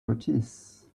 gratis